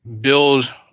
build